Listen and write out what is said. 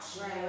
Right